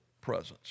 presence